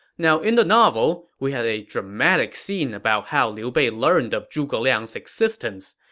now, in the novel, we had a dramatic scene about how liu bei learned of zhuge liang's existence.